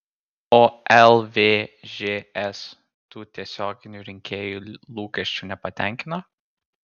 o lvžs tų tiesioginių rinkėjų lūkesčių nepatenkino